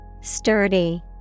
Sturdy